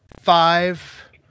Five